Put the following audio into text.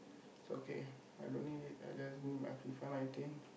it's okay I don't need it I just need my FIFA-nineteen